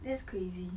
that's crazy